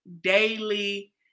daily